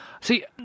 See